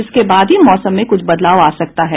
इसके बाद ही मौसम में कुछ बदलाव आ सकता है